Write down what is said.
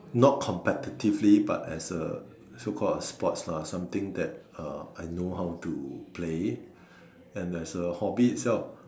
not competitively but as a so call a sports lah something that uh I know how to play and as a hobby itself